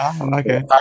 Okay